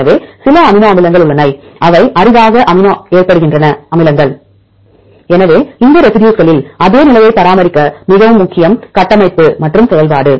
எனவே சில அமினோ அமிலங்கள் உள்ளன அவை அரிதாக ஏற்படுகின்றன எனவே இந்த ரெசி டியூஸ்களில் அதே நிலையை பராமரிக்க மிகவும் முக்கியம் கட்டமைப்பு மற்றும் செயல்பாடு